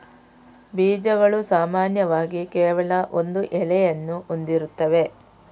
ಬೀಜಗಳು ಸಾಮಾನ್ಯವಾಗಿ ಕೇವಲ ಒಂದು ಎಲೆಯನ್ನು ಹೊಂದಿರುತ್ತವೆ